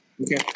Okay